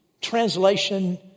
translation